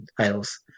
titles